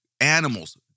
animals